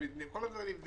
את כל הדברים.